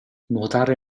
nuotare